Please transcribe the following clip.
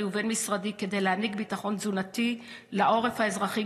ובין-משרדי כדי להעניק ביטחון תזונתי לעורף האזרחי,